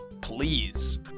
please